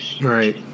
right